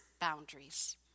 boundaries